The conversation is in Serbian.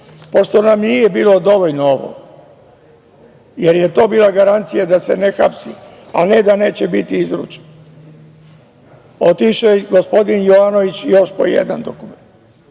nam nije bilo dovoljno ovo, jer je to bila garancija da se ne hapsi, a ne da neće biti izručen, otišao je gospodin Jovanović još po jedan dokument. Drugi